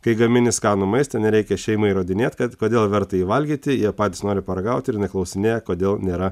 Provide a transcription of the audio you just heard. kai gamini skanų maistą nereikia šeimai įrodinėt kad kodėl verta jį valgyti jie patys nori paragauti ir neklausinėja kodėl nėra